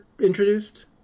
introduced